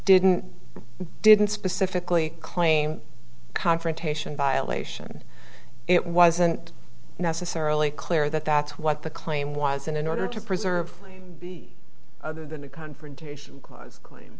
didn't didn't specifically claim confrontation violation it wasn't necessarily clear that that's what the claim was and in order to preserve be other than a confrontation clause cl